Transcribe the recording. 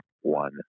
one